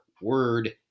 word